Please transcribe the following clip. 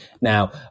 Now